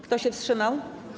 Kto się wstrzymał?